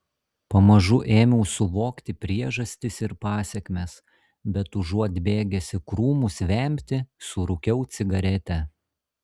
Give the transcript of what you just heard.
pamažu ėmiau suvokti priežastis ir pasekmes bet užuot bėgęs į krūmus vemti surūkiau cigaretę